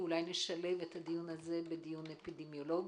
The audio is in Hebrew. אולי נשלב את הדיון הזה בדיון אפידמיולוגי,